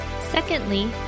Secondly